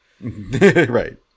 Right